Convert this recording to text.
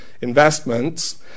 investments